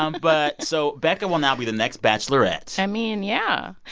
um but so becca will now be the next bachelorette i mean, yeah.